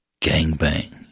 Gangbang